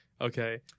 Okay